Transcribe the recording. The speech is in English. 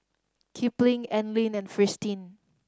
Kipling Anlene and Fristine